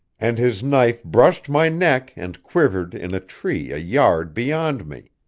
and his knife brushed my neck and quivered in a tree a yard beyond me.